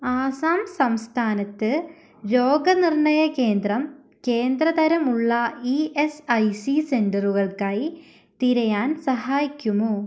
ആസാം സംസ്ഥാനത്ത് രോഗ നിർണയ കേന്ദ്രം കേന്ദ്ര തരം ഉള്ള ഇ എസ് ഐ സി സെൻ്ററുകൾക്കായി തിരയാൻ സഹായിക്കുമോ